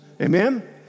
amen